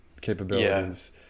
capabilities